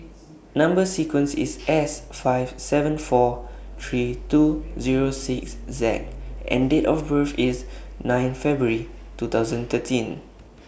Number sequence IS S five seven four three two Zero six Z and Date of birth IS nine February two thousand thirteen